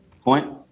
point